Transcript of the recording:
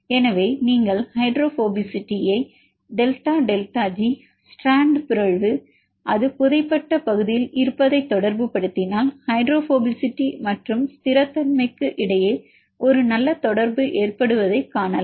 எனவே நீங்கள் ஹைட்ரோபோபசிட்டியை டெல்டா டெல்டா ஜி ஸ்ட்ராண்ட் பிறழ்வு அது புதை பட்ட பகுதியில் இருப்பதை தொடர்புபடுத்தினால் ஹைட்ரோபோபசிட்டி மற்றும் ஸ்திரத்தன்மைக்கு இடையே ஒரு நல்ல தொடர்பு ஏற்படுவதை காணலாம்